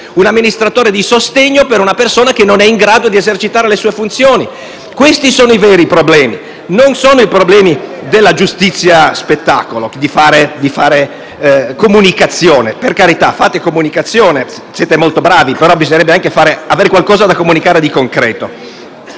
un amministratore di sostegno per una persona che non è in grado di esercitare le sue funzioni. Questi sono i veri problemi; non sono quelli della giustizia spettacolo, di fare comunicazione. Per carità, fate comunicazione, siete molto bravi, ma bisognerebbe anche avere qualcosa di concreto da comunicare.